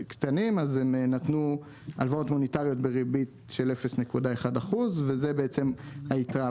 אז הם נתנו הלוואות מוניטריות בריבית של 0.1% וזה היתרה,